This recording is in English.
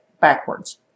backwards